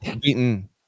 Beaten